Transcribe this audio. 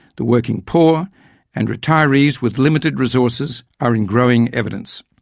the working poor and retirees with limited resources are in growing evidence.